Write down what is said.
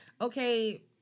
okay